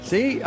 See